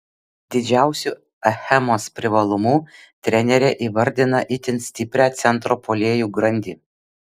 didžiausiu achemos privalumu trenerė įvardina itin stiprią centro puolėjų grandį